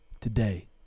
today